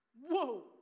Whoa